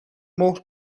مهر